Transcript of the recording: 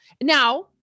now